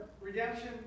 Redemption